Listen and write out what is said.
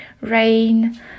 rain